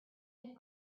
had